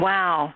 Wow